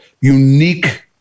unique